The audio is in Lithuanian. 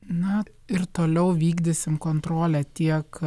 na ir toliau vykdysim kontrolę tiek